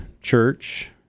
church